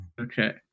Okay